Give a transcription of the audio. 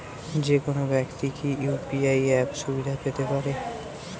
যেকোনো ব্যাক্তি কি ইউ.পি.আই অ্যাপ সুবিধা পেতে পারে?